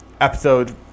episode